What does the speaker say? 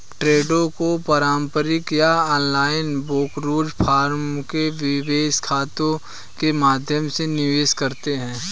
ट्रेडों को पारंपरिक या ऑनलाइन ब्रोकरेज फर्मों के निवेश खातों के माध्यम से निवेश करते है